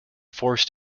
forced